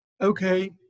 okay